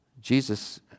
Jesus